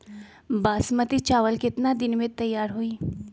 बासमती चावल केतना दिन में तयार होई?